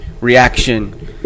reaction